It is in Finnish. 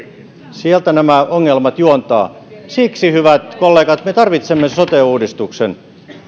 sieltä nämä ongelmat juontavat siksi hyvät kollegat me me tarvitsemme sote uudistuksen